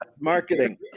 marketing